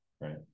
right